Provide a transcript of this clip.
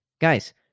Guys